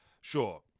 sure